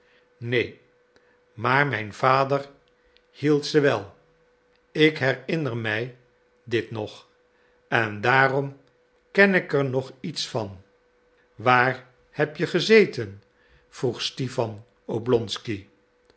neen maar mijn vader hield ze wel ik herinner mij dit nog en daarom ken ik er nog iets van waar heb je gezeten vroeg stipan